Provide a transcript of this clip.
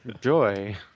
Joy